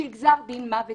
שהוא גזר דין מוות